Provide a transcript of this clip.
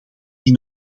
die